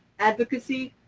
advocacy,